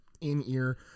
in-ear